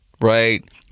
right